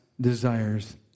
desires